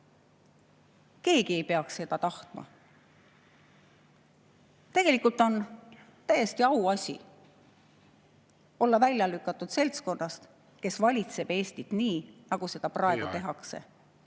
Keegi ei peaks seda tahtma. Tegelikult on täiesti auasi olla välja lükatud seltskonnast, kes valitseb Eestit nii, nagu seda praegu tehakse.